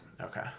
Okay